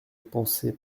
pensez